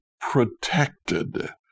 protected